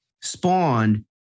spawned